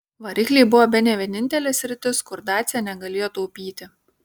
varikliai buvo bene vienintelė sritis kur dacia negalėjo taupyti